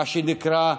מה שנקרא,